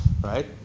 right